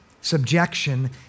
subjection